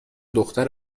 دختر